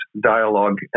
dialogue